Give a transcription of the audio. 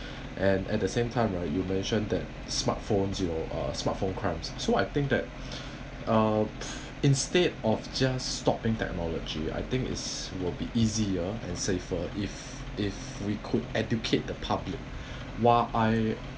and at the same time right you mention that smartphones you know uh smartphone crimes so I think that uh instead of just stopping technology I think is will be easier and safer if if we could educate the public while i